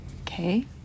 okay